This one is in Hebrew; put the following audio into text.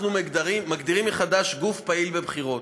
אנחנו מגדירים מחדש גוף פעיל בבחירות.